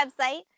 website